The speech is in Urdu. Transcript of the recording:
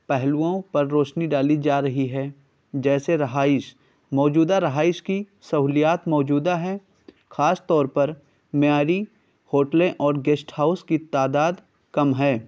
پہلوؤں پر روشنی ڈالی جا رہی ہے جیسے رہائش موجودہ رہائش کی سہولیات موجودہ ہیں خاص طور پر معیاری ہوٹلیں اور گیسٹ ہاؤس کی تعداد کم ہیں